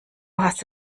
hast